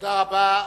תודה רבה.